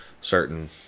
certain